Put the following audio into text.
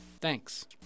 Thanks